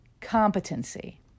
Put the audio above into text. competency